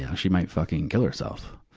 yeah she might fucking kill herself.